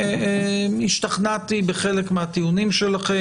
השתכנעתי בחלק מהטיעונים שלכם.